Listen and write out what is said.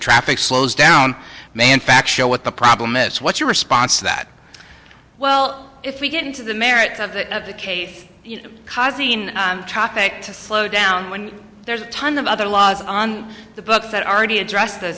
traffic slows down may in fact show what the problem is what's your response to that well if we get into the merits of the case causing traffic to slow down when there's a ton of other laws on the books that are already address